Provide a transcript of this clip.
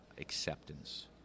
acceptance